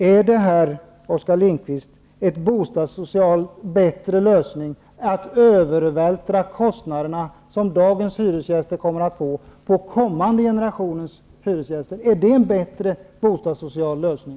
Är det, Oskar Lindkvist, en bostadssocialt bättre lösning att övervältra kostnaderna, som dagens hyresgäster kommer att få, på kommande generationers hyresgäster? Är det en mera bostadssocial lösning?